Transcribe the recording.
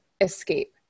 escape